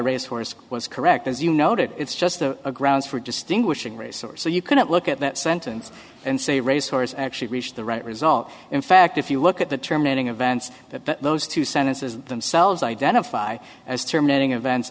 race horse was correct as you noted it's just a grounds for distinguishing race or so you couldn't look at that sentence and say race horse actually reached the right result in fact if you look at the terminating events that those two sentences themselves identify as terminating event